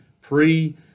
pre